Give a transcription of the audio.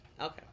Okay